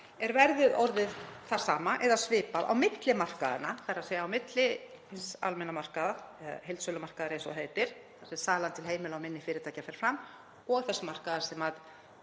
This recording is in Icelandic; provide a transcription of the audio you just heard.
er verðið orðið það sama eða svipað á milli markaðanna, þ.e. á milli hins almenna markaðar, eða heildsölumarkaðar eins og það heitir, þar sem salan til heimila og minni fyrirtækja fer fram, og þess markaðar sem þar